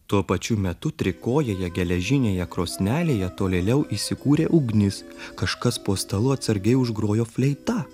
tuo pačiu metu trikojėje geležinėje krosnelėje tolėliau įsikūrė ugnis kažkas po stalu atsargiai užgrojo fleita